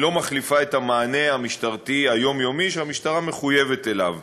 היא לא מחליפה את המענה המשטרתי היומיומי שהמשטרה מחויבת אליו.